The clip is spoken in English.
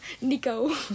Nico